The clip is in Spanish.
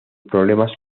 problemas